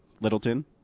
Littleton